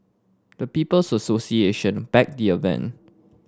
the People's Association backed the event